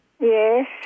Yes